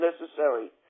necessary